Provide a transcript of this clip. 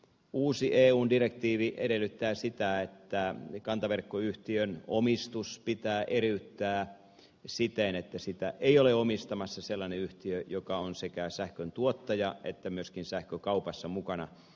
uusi eun direktiivi edellyttää sitä että kantaverkkoyhtiön omistus pitää eriyttää siten että sitä ei ole omistamassa sellainen yhtiö joka on sekä sähköntuottaja että myöskin sähkökaupassa mukana